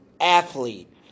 athlete